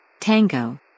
Tango